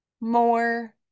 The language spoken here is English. More